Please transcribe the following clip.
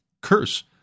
curse